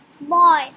boy